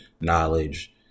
knowledge